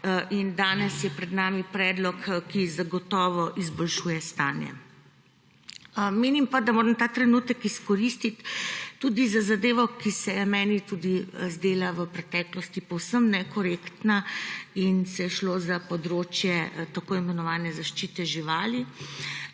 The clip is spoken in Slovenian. In danes je pred nami predlog, ki zagotovo izboljšuje stanje. Menim, da moram ta trenutek izkoristiti tudi za zadevo, ki se je meni zdela v preteklosti povsem nekorektna. Šlo je za področje tako imenovane zaščite živali.